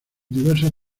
diversos